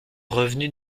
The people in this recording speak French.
revenu